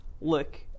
look